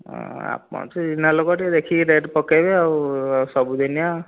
ହଁ ଆପଣ ତ ଚିହ୍ନା ଲୋକ ଟିକିଏ ଦେଖିକି ରେଟ୍ ପକେଇବେ ଆଉ ସବୁଦିନିଆ